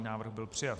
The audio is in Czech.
Návrh byl přijat.